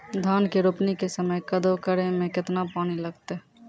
धान के रोपणी के समय कदौ करै मे केतना पानी लागतै?